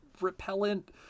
repellent